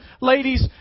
ladies